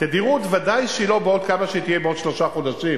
התדירות ודאי שהיא לא כפי שתהיה בעוד שלושה חודשים,